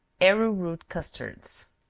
arrow root custards.